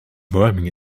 verwarming